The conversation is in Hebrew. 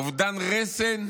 אובדן רסן,